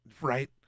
Right